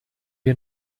wir